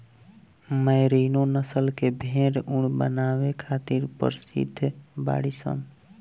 merino नस्ल के भेड़ ऊन बनावे खातिर प्रसिद्ध बाड़ीसन